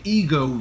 ego